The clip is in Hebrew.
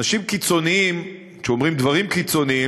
אנשים קיצוניים, כשאומרים דברים קיצוניים,